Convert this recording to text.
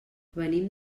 venim